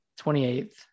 28th